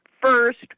first